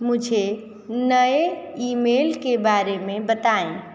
मुझे नए ईमेल के बारे में बताएँ